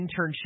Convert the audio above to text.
internship